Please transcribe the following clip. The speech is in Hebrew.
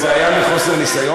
זה היה בגלל חוסר ניסיון?